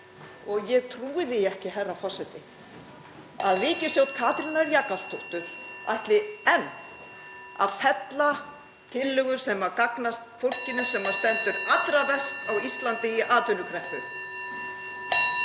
Ég trúi því ekki, herra forseti, að ríkisstjórn Katrínar Jakobsdóttur ætli enn að fella tillögur sem gagnast fólkinu sem stendur allra verst á Íslandi í atvinnukreppu.